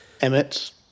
Emmett